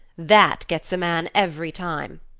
that gets a man, every time.